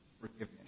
forgiveness